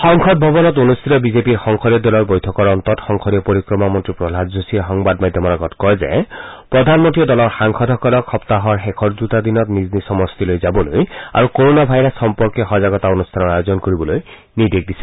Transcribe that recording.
সংসদ ভৱনত অনুষ্ঠিত বিজেপিৰ সংসদীয় দলৰ বৈঠকৰ অন্তত সংসদীয় পৰিক্ৰমা মন্ত্ৰী প্ৰহলাদ যোশীয়ে সংবাদ মাধ্যমৰ আগত কয় যে প্ৰধানমন্ত্ৰীয়ে দলৰ সাংসদসকলক সপ্তাহৰ শেষৰ দুটা দিনত নিজ নিজ সমষ্টিলৈ যাবলৈ আৰু কৰনা ভাইৰাছ সন্দৰ্ভত সজাগতা অনুষ্ঠানৰ আয়োজন কৰিবলৈ নিৰ্দেশ দিছে